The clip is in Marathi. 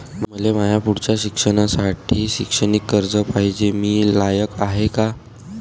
मले माया पुढच्या शिक्षणासाठी शैक्षणिक कर्ज पायजे, मी लायक हाय का?